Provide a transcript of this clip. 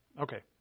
Okay